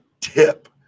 tip